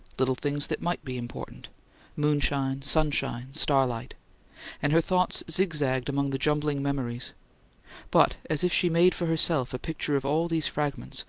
little things that might be important moonshine, sunshine, starlight and her thoughts zigzagged among the jumbling memories but, as if she made for herself a picture of all these fragments,